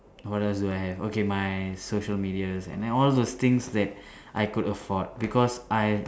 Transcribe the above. what else do I have okay my social medias and all those things that I could afford because I